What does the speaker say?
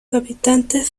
habitantes